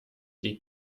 die